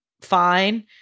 fine